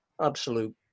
absolute